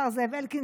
השר זאב אלקין,